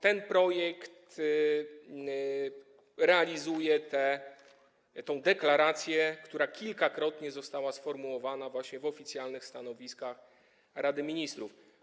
Ten projekt realizuje tę deklarację, która kilkukrotnie została sformułowana właśnie w oficjalnych stanowiskach Rady Ministrów.